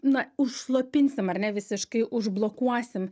na užslopinsim ar ne visiškai užblokuosim